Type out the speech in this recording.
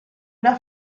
una